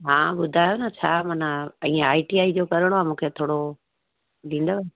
हां ॿुधायो न छाहे माना इएं आई टी आई जो करिणो आहे मूंखे थोरो ॾींदव